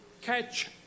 catch